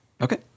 Okay